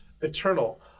eternal